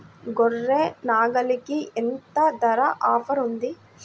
గొర్రె, నాగలికి ఎంత ధర ఆఫర్ ఉంది?